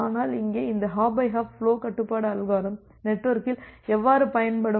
ஆனால் இங்கே இந்த ஹாப் பை ஹாப் ஃபுலோ கட்டுப்பாட்டு அல்காரிதம் நெட்வொர்க்கில் எவ்வாறு பயன்படும்